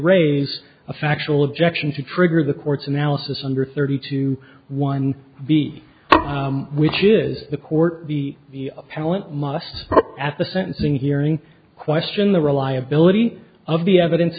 raise a factual objection to trigger the court's analysis under thirty two one b which is the court the appellant must at the sentencing hearing question the reliability of the evidence